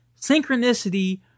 synchronicity